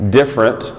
different